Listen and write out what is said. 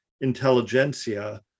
intelligentsia